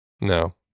No